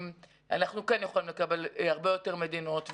אנחנו כן יכולים לקבל הרבה יותר מדינות.